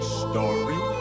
story